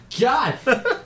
god